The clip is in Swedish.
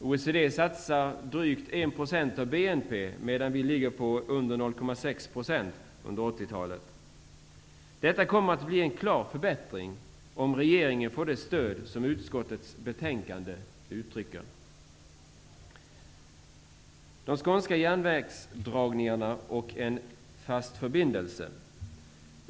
OECD satsar drygt 1 % av BNP, medan vi ligger på mindre än 0,6 % under 1980 talet. Det kommer att bli en klar förbättring, om regeringen får det stöd som utskottets betänkande uttrycker.